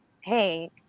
hey